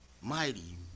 mighty